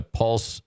pulse